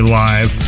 live